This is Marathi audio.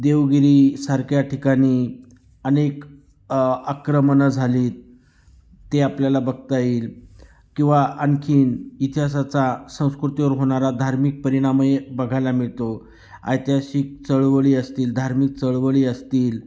देवगिरीसारख्या ठिकाणी अनेक आक्रमणं झालीत ते आपल्याला बघता येईल किंवा आणखी इतिहासाचा संस्कृतीवर होणारा धार्मिक परिणामही बघायला मिळतो ऐतिहासिक चळवळी असतील धार्मिक चळवळी असतील